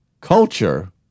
culture